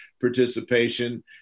participation